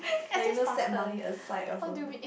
like you know set money aside or something